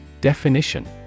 Definition